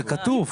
זה כתוב.